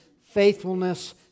faithfulness